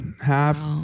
half